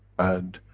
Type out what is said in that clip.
and,